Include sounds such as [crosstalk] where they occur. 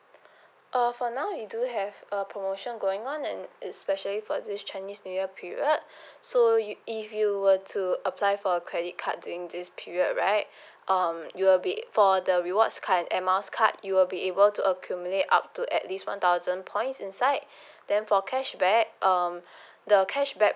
uh for now we do have a promotion going on and especially for this chinese new year period [breath] so yo~ if you were to apply for a credit card during this period right [breath] um you will be for the rewards card and air miles card you will be able to accumulate up to at least one thousand points inside [breath] then for cashback um [breath] the cashback